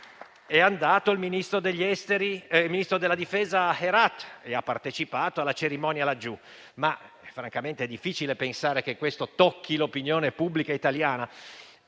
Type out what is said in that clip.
È vero, il Ministro della difesa è andato a Herat e ha partecipato alla cerimonia, ma francamente è difficile pensare che questo tocchi l'opinione pubblica italiana.